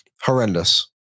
horrendous